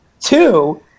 Two